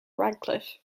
radcliffe